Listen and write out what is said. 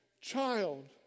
child